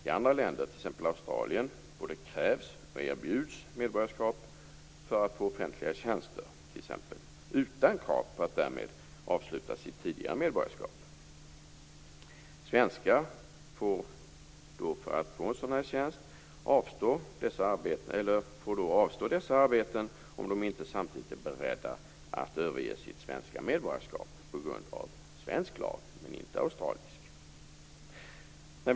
I andra länder, t.ex. Australien, både krävs och erbjuds medborgarskap för att få offentliga tjänster, utan krav på att därmed avsluta tidigare medborgarskap. Svenskar måste då avstå dessa arbeten om de inte samtidigt är beredda att överge sitt svenska medborgarskap - på grund av svensk lag, inte australisk.